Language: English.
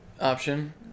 option